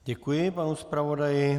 Děkuji panu zpravodaji.